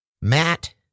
Matt